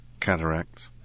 cataracts